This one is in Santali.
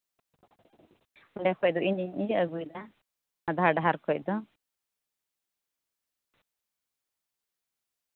ᱚᱸᱰᱮ ᱠᱷᱚᱡ ᱫᱚ ᱤᱧᱜᱤᱧ ᱟᱹᱜᱩᱭᱫᱟ ᱟᱫᱷᱟ ᱰᱟᱦᱟᱨ ᱠᱷᱚᱡ ᱫᱚ